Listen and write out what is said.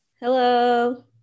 Hello